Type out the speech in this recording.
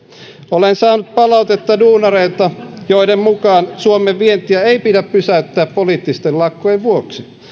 olen saanut palautetta duunareilta joiden mukaan suomen vientiä ei pidä pysäyttää poliittisten lakkojen vuoksi